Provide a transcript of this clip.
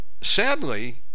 sadly